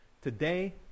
Today